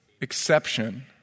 exception